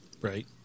Right